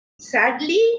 Sadly